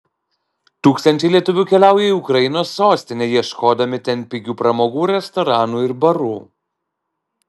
tūkstančiai lietuvių keliaują į ukrainos sostinę ieškodami ten pigių pramogų restoranų ir barų